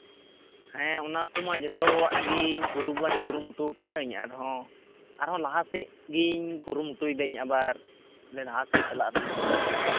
ᱦᱮᱸ ᱚᱱᱟ ᱠᱚᱢᱟ ᱡᱚᱛᱚᱣᱟᱜ ᱜᱮ ᱠᱩᱨᱩᱣᱟᱜ ᱠᱩᱨᱩᱢᱩᱴᱩ ᱟᱠᱟᱜᱼᱟ ᱤᱧᱟᱹᱜ ᱟᱨᱦᱚᱸ ᱞᱟᱦᱟ ᱥᱮᱫ ᱜᱮᱧ ᱠᱩᱨᱩᱢᱩᱴᱩᱭ ᱫᱟᱹᱧ ᱟᱵᱟᱨ ᱞᱟᱦᱟ ᱥᱮᱫ ᱪᱟᱞᱟᱜ ᱨᱮᱱᱟᱜ ᱜᱮ